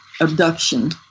abduction